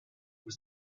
was